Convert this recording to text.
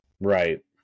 Right